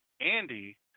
Andy